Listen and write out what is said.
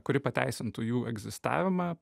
kuri pateisintų jų egzistavimą